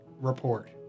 report